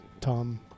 Tom